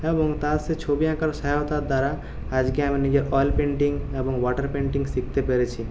এবং তার সে ছবি আঁকার সহায়তার দ্বারা আজকে আমি নিজের অয়েল পেন্টিং এবং ওয়াটার পেন্টিং শিখতে পেরেছি